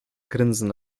grinsen